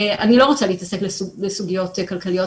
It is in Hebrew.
אני לא רוצה להתעסק בסוגיות כלכליות,